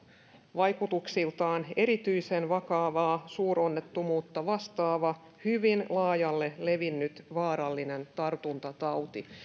vaikutuksiltaan erityisen vakavaa suuronnettomuutta vastaava hyvin laajalle levinnyt vaarallinen tartuntatauti